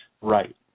Right